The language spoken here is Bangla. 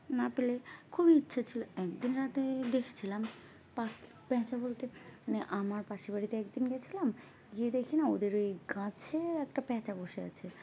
না পেলে খুবই ইচ্ছা ছিল একদিন রাতে দেখেছিলাম প্যাঁচা বলতে মানে আমার পাশের বাড়িতে একদিন গিয়েছিলাম গিয়ে দেখি না ওদের ওই গাছে একটা প্যাঁচা বসে আছে